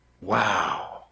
Wow